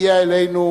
הגיע אלינו,